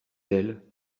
elle